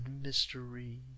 mystery